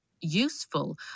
useful